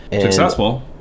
Successful